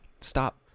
stop